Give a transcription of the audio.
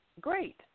great